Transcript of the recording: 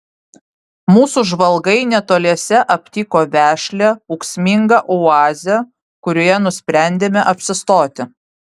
mūsų žvalgai netoliese aptiko vešlią ūksmingą oazę kurioje nusprendėme apsistoti